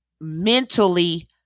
mentally